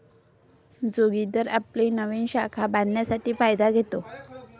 जोगिंदर आपली नवीन शाखा बांधण्यासाठी फायदा घेतो